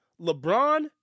LeBron